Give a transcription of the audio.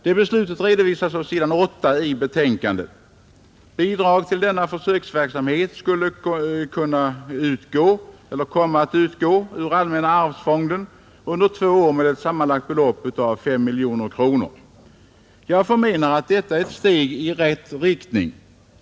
Det beslutet redovisas på s. 8 i betänkandet. Bidrag till denna försöksverksamhet kommer att utgå ur allmänna arvsfonden under två år med ett sammanlagt belopp av 5 miljoner kronor. Jag förmenar att detta är ett steg i rätt riktning.